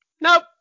Nope